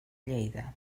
lleida